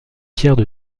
pierres